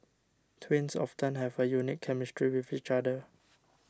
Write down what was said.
twins often have a unique chemistry with each other